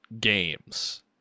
games